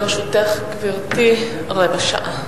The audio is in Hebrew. לרשותך, גברתי, רבע שעה.